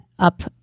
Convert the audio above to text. up